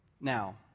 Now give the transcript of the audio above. Now